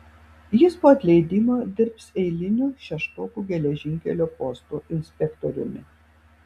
jis po atleidimo dirbs eiliniu šeštokų geležinkelio posto inspektoriumi